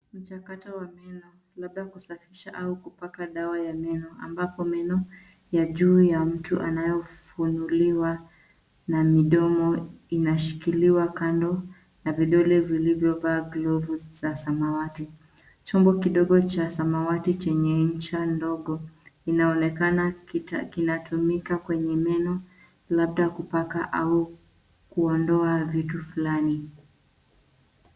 Mchakato wa meno labda kusafisha au kupaka dawa ya meno ambapo meno ya juu ya mtu anayofunguliwa na midomo inashikiliwa kando na vidole vilivyovaa glovu za samawati. Chombo kidogo cha samawati chenye ncha ndogo inaonekana kinatumika kwenye meno labda kupaka au kuondoa vitu fulani.